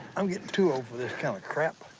i'm getting too old for this kind of crap.